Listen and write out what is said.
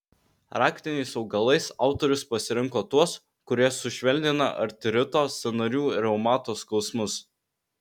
raktiniais augalais autorius pasirinko tuos kurie sušvelnina artrito sąnarių reumato skausmus